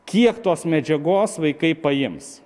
kiek tos medžiagos vaikai paims